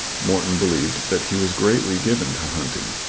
morton believed that he was greatly given to hunting.